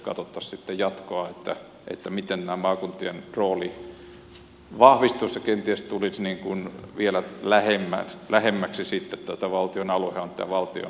nyt katsottaisiin sitten jatkoa miten tämä maakuntien rooli vahvistuisi ja kenties tulisi vielä lähemmäksi sitten tätä valtion aluehallintoa ja valtionhallintoa